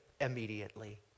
Immediately